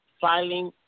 filing